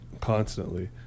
constantly